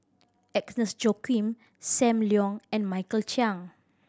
Agnes Joaquim Sam Leong and Michael Chiang